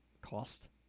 cost